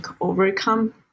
overcome